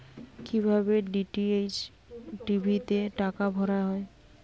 কি ভাবে DTH TV তে টাকা ভরা হয়?